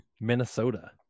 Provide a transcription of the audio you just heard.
Minnesota